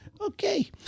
Okay